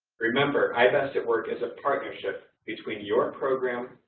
remember, i-best at work is a partnership between your program,